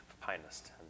finest